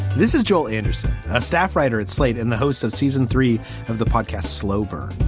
this is joel anderson, a staff writer at slate and the host of season three of the podcast, sloper.